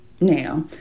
Now